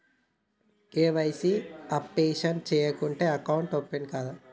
KYC updation చేయకుంటే account open కాదా?